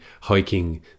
hiking